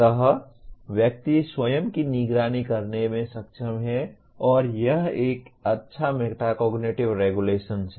अतः व्यक्ति स्वयं की निगरानी करने में सक्षम है और यह एक अच्छा मेटाकोग्निटिव रेगुलेशन है